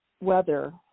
weather